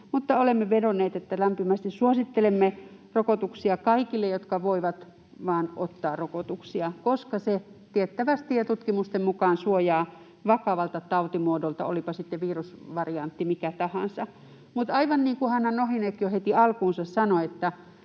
olemme vedonneet, että lämpimästi suosittelemme rokotuksia kaikille, jotka voivat vaan ottaa rokotuksia — tiettävästi ja tutkimusten mukaan suojaavat vakavalta tautimuodolta, olipa sitten virusvariantti mikä tahansa. Mutta aivan niin kuin Hanna Nohynek jo heti alkuunsa sanoi,